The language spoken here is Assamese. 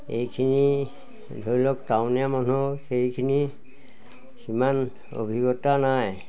এইখিনি ধৰি লওক টাউনীয়া মানুহ সেইখিনি সিমান অভিজ্ঞতা নাই